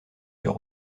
sur